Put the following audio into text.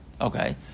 Okay